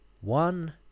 one